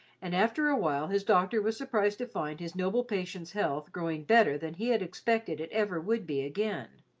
and after a while his doctor was surprised to find his noble patient's health growing better than he had expected it ever would be again.